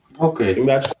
Okay